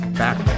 back